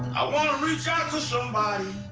want to reach out to somebody